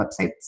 websites